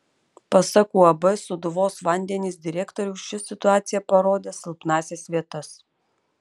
pasak uab sūduvos vandenys direktoriaus ši situacija parodė silpnąsias vietas